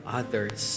others